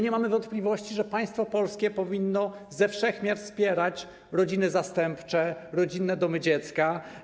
Nie mamy wątpliwości, że polskie państwo powinno ze wszech miar wspierać rodziny zastępcze, rodzinne domy dziecka.